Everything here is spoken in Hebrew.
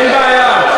אין בעיה.